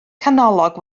canolog